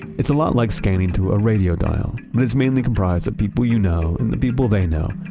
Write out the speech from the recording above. it's a lot like scanning through a radio dial, but it's mainly comprised of people you know, and the people they know,